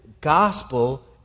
gospel